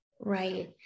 Right